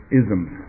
isms